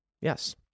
Yes